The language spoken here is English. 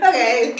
Okay